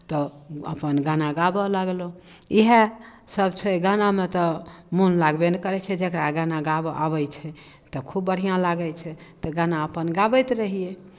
तऽ अपन गाना गाबय लगलहुँ इएहसभ छै गानामे तऽ मोन लगबे ने करै छै जकरा गाना गाबय आबै छै तऽ खूब बढ़िआँ लागै छै तऽ गाना अपन गाबैत रहियै